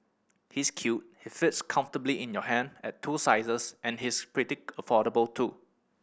he's cute he fits comfortably in your hand at two sizes and he's pretty affordable too